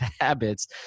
habits